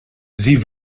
sie